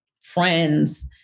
friends